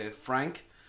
Frank